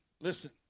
listen